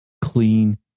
clean